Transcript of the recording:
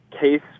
case